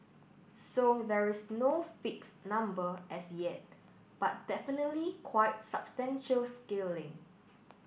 so there is no fixed number as yet but definitely quite substantial scaling